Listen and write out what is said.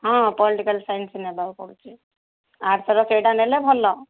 ହଁ political science ନେବାକୁ ପଡ଼ୁଛି ଆର୍ଟ୍ସର ସେଇଟା ନେଲେ ଭଲ